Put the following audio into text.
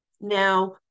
Now